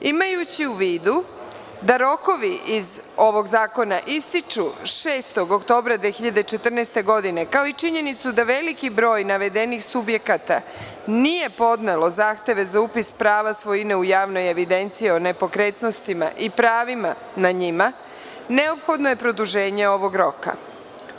Imajući u vidu da rokovi iz ovog zakona ističu 6. oktobra 2014. godine, kao i činjenicu da veliki broj navedenih subjekata nije podneo zahtev za upis prava svojine u javne evidencije u nepokretnostima i pravima na njima, neophodno je produženje ovih rokova.